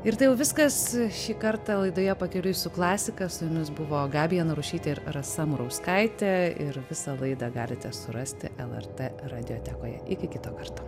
ir tai jau viskas šį kartą laidoje pakeliui su klasika su jumis buvo gabija narušytė ir rasa murauskaitė ir visą laidą galite surasti lrt radiotekoje iki kito karto